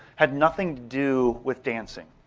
had nothing to do with dancing,